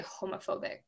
homophobic